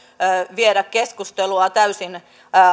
viedä keskustelua täysin